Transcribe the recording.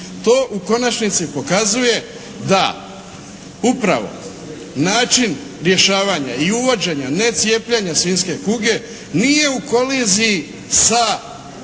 To u konačnici pokazuje da upravo način rješavanja i uvođenja necijepljenja svinjske kuge nije u koliziji sa razvojem